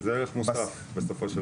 זה ערך מוסף בסופו של דבר.